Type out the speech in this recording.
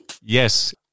Yes